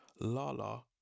Lala